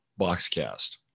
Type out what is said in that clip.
BoxCast